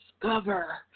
discover